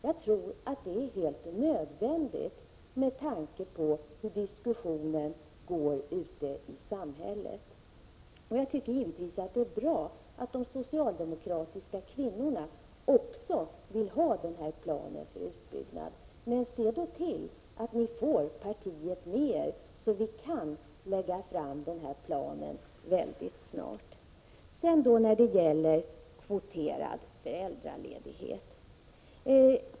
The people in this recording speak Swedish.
Jag tror att det är helt nödvändigt med tanke på den diskussion som pågår ute i samhället. Jag tycker givetvis att det är bra att de socialdemokratiska kvinnorna också vill ha denna plan för utbyggnad av föräldraförsäkringen. Men se då till att ni får partiet med er, så att vi kan lägga fram en sådan här plan mycket snart. Så till frågan om kvoterad föräldraledighet.